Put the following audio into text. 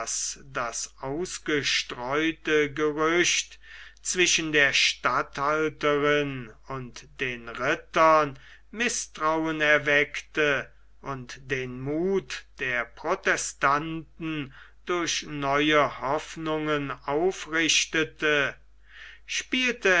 das ausgestreute gerücht zwischen der statthalterin und den rittern mißtrauen erweckte und den muth der protestanten durch neue hoffnungen aufrichtete spielte